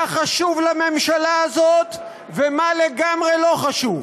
מה חשוב לממשלה הזאת, ומה לגמרי לא חשוב.